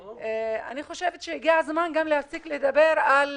אני חושבת שהגיע הזמן להפסיק לדבר על